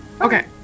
Okay